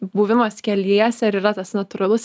buvimas keliese ir yra tas natūralus